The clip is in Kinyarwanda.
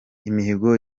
imihigo